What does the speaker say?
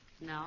No